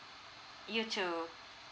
you too